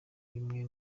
bimwe